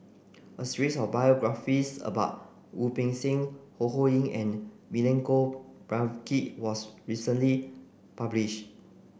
a series of biographies about Wu Peng Seng Ho Ho Ying and Milenko Prvacki was recently published